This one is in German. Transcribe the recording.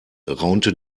raunte